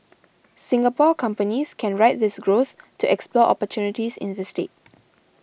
Singapore companies can ride this growth to explore opportunities in the state